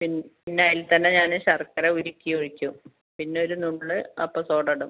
P പിന്നെ അതിൽ തന്നെ ഞാൻ ശർക്കര ഉരുക്കി ഒഴിക്കും പിന്നൊരു നുള്ള് അപ്പം സോഡ ഇടും